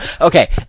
Okay